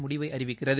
முடிவை அறிவிக்கிறது